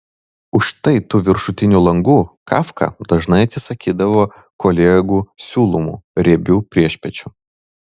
už štai tų viršutinių langų kafka dažnai atsisakydavo kolegų siūlomų riebių priešpiečių